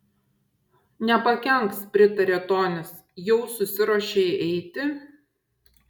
nepakenks pritarė tonis jau susiruošei eiti